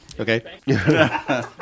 Okay